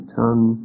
tongue